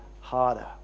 harder